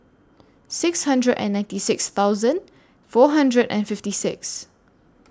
six hundred and ninety six thousand four hundred and fifty six